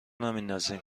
نمیندازیم